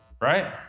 Right